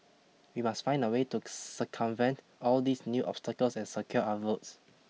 we must find a way to circumvent all these new obstacles and secure our votes